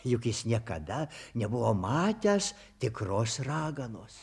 juk jis niekada nebuvo matęs tikros raganos